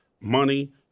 money